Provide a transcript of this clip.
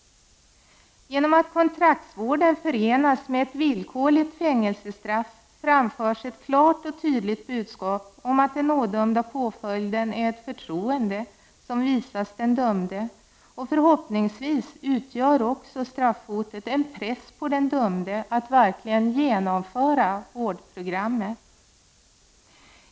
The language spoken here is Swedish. Genom att kontraktsvården förenas med ett villkorligt fängelsestraff framförs ett klart och tydligt budskap om att den ådömda påföljden är ett förtroende som visas den dömde, och förhoppningsvis utgör också straffhotet en press så att den dömde verkligen genomför vårdprogrammet.